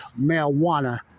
Marijuana